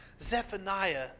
Zephaniah